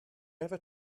ever